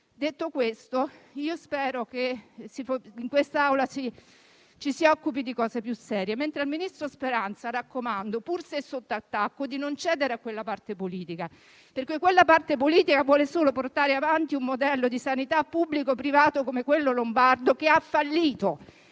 Detto questo, spero che questa Assemblea si occupi di cose più serie. Al ministro Speranza raccomando, pur se sotto attacco, di non cedere a quella parte politica, che vuole solo portare avanti un modello di sanità pubblico-privato come quello lombardo, che ha fallito.